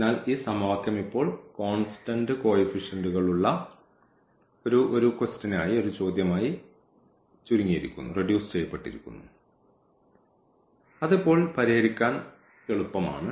അതിനാൽ ഈ സമവാക്യം ഇപ്പോൾ കോൺസ്റ്റന്റ് കോയിഫിഷ്യൻറുകളുള്ള ഒരു ചോദ്യമായി ചുരുക്കിയിരിക്കുന്നു അത് ഇപ്പോൾ പരിഹരിക്കാൻ എളുപ്പമാണ്